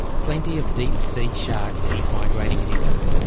plenty of deep sea sharks eat migrating eels,